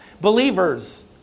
believers